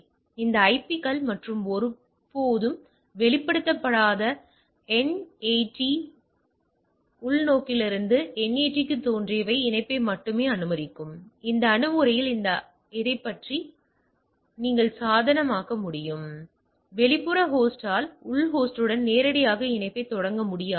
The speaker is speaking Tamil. எனவே இந்த ஐபிக்கள் மற்றும் ஒருபோதும் வெளிப்படுத்தப்படாத என்ஏடி உள்நோக்கிலிருந்து என்ஏடிக்கு தோன்றிய இணைப்பை மட்டுமே அனுமதிக்கும் இந்த அணுகுமுறையில் அந்த முறையை நீங்கள் சாதனமாக்க முடியும் வெளிப்புற ஹோஸ்ட்டால் உள் ஹோஸ்டுடன் நேரடியாக இணைப்பைத் தொடங்க முடியாது